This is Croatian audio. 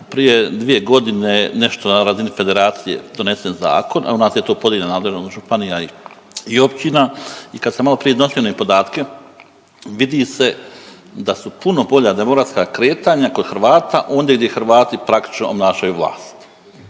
Prije 2 godine nešto na razini Federacije donesen zakon, a u nas je to podijeljeno nadležnost županija i općina. I kad sam malo prije iznosio one podatke vidi se da su puno bolja demografska kretanja kod Hrvata ondje gdje Hrvati praktično obnašaju vlast.